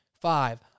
five